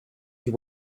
you